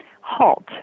HALT